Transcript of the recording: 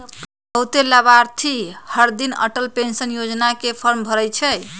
बहुते लाभार्थी हरदिन अटल पेंशन योजना के फॉर्म भरई छई